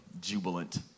jubilant